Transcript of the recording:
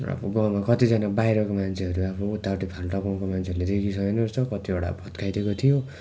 अब गाउँमा कतिजना बाहिरको मान्छेहरू अब उत्तापट्टि फाल्टु गाउँको मान्छेहरूले देखी सहेन रहेछ कतिवटा भत्काइदिएको थियो